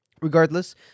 Regardless